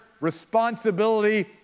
responsibility